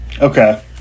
okay